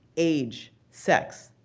age, sex.